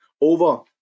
over